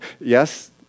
yes